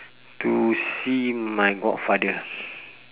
to see my godfather